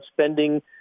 spending